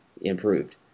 improved